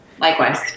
likewise